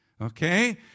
Okay